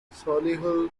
solihull